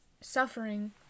suffering